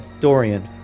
Dorian